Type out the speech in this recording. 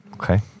Okay